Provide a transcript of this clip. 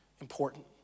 important